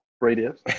radius